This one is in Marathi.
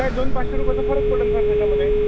का दोन पाचशे रुपयाचा फरक पडेल सर त्याच्यामध्ये